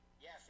Yes